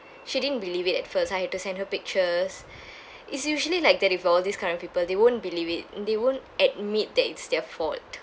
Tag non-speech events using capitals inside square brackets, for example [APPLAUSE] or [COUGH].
she didn't believe it at first I had to send her pictures [BREATH] it's usually like that with all this kind of people they won't believe it they won't admit that it's their fault